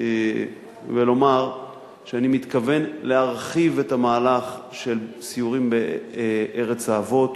ולומר שאני מתכוון להרחיב את המהלך של הסיורים בארץ האבות.